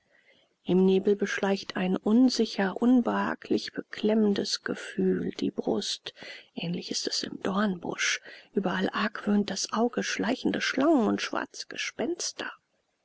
im nebel beschleicht ein unsicher unbehaglich beklemmendes gefühl die brust ähnlich ist es im dornbusch überall argwöhnt das auge schleichende schlangen und schwarze gespenster